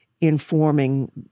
informing